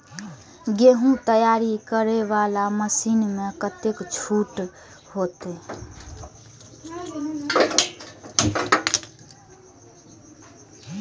गेहूं तैयारी करे वाला मशीन में कतेक छूट होते?